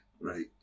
right